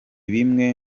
bimwe